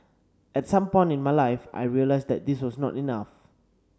at some point in my life I realised that this was not enough